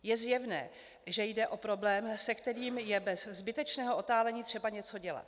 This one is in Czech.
Je zjevné, že jde o problém, se kterým je bez zbytečného otálení třeba něco dělat.